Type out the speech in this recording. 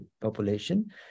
population